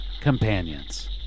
companions